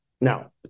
Now